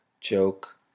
Joke